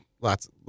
lots